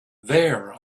there